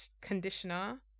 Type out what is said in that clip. conditioner